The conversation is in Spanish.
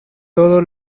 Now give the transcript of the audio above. todo